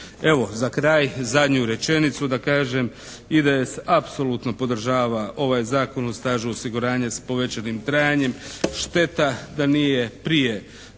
Evo, za kraj zadnju rečenicu da kažem. IDS apsolutno podržava ovaj Zakon o stažu osiguranja s povećanim trajanjem. Šteta da nije prije